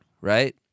right